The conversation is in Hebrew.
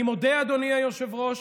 אני מודה, אדוני היושב-ראש,